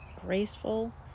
graceful